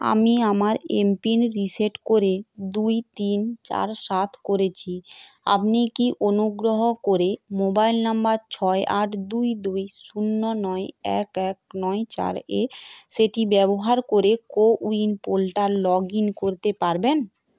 আমি আমার MPIN reset করে দুই তিন চার সাত করেছি আপনি কি অনুগ্রহ করে মোবাইল নাম্বার ছয় আট দুই দুই শূন্য নয় এক এক নয় চার এ সেটি ব্যবহার করে কোউইন পোর্টাল লগইন করতে পারবেন